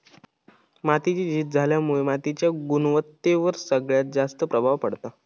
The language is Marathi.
मातीची झीज झाल्यामुळा मातीच्या गुणवत्तेवर सगळ्यात जास्त प्रभाव पडता